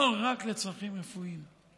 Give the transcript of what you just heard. לא רק לצרכים רפואיים.